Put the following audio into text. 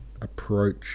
approach